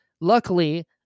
Luckily